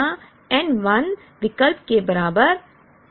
यहाँ n 1 विकल्प के बराबर n